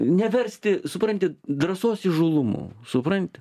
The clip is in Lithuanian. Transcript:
neversti supranti drąsos įžūlumu supranti